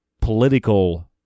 political